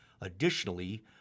additionally